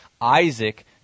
Isaac